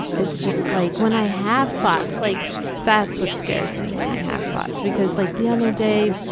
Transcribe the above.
it's just like when i have thoughts, like that's what scares me, when i have thoughts because like the other day,